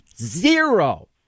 zero